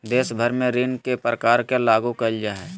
देश भर में ऋण के प्रकार के लागू क़इल जा हइ